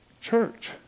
Church